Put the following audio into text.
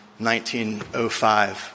1905